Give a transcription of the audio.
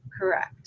correct